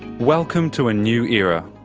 welcome to a new era.